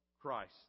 Christ